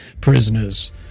prisoners